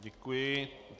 Děkuji.